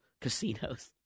Casinos